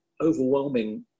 overwhelming